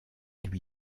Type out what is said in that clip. lui